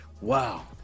Wow